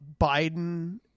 biden